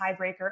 tiebreaker